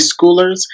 schoolers